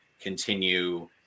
continue